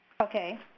Okay